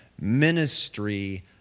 ministry